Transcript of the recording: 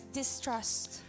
distrust